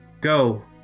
Go